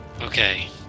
Okay